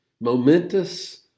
Momentous